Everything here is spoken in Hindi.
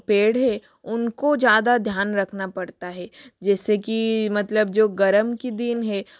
पेड़ हैं उनको ज़्यादा ध्यान रखना पड़ता हे जैसे कि मतलब जो गर्म के दिन हे